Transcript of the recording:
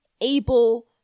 able